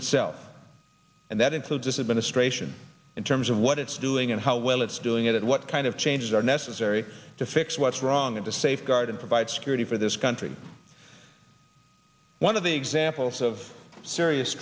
itself and that includes this administration in terms of what it's doing and how well it's doing it and what kind of changes they're necessary to fix what's wrong and to safeguard and provide security for this country one of the examples of serious